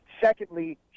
Secondly